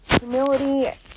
humility